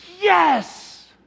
yes